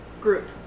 group